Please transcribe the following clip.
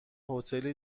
هتل